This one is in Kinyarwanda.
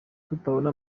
tutabona